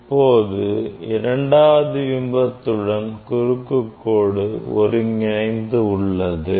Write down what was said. இப்போது இரண்டாவது பிம்பத்துடன் குறுக்கு கோடு ஒருங்கிணைந்து உள்ளது